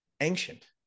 ancient